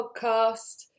podcast